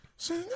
Sing